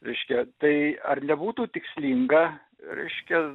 reiškia tai ar nebūtų tikslinga reiškia